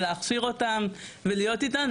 ולהכשיר אותם ולהיות איתן,